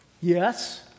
Yes